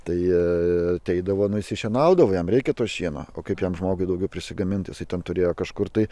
tai jie ateidavo nusišienaudavo jam reikia to šieno o kaip jam žmogui daugiau prisigamint jisai tam turėjo kažkur tai